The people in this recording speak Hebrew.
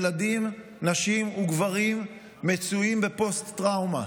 ילדים, נשים וגברים מצויים בפוסט-טראומה.